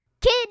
Kid